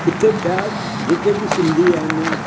हिते ॿिया जेके बि सिंधी आहिनि